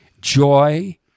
joy